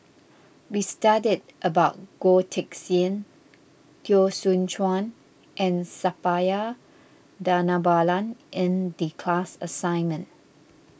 we studied about Goh Teck Sian Teo Soon Chuan and Suppiah Dhanabalan in the class assignment